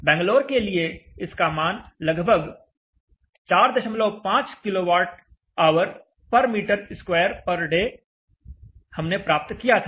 बेंगलुरु के लिए हमने इसका मान लगभग 45 kilowatt hour per metre square per day प्राप्त किया था